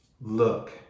look